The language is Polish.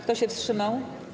Kto się wstrzymał?